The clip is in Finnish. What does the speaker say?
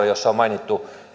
joissa on mainittu